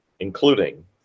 including